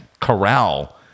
corral